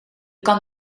kan